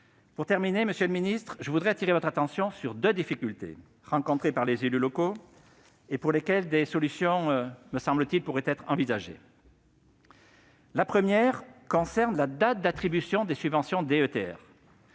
Pour terminer, monsieur le secrétaire d'État, je voudrais attirer votre attention sur deux difficultés rencontrées par les élus locaux et pour lesquelles des solutions pourraient être envisagées. La première concerne la date d'attribution des subventions DETR.